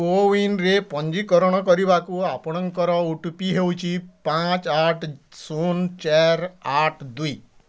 କୋୱିନ୍ରେ ପଞ୍ଜୀକରଣ କରିବାକୁ ଆପଣଙ୍କର ଓ ଟି ପି ହେଉଛି ପାଞ୍ଚ ଆଠ ଶୂନ ଚାରି ଆଠ ଦୁଇ